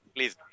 Please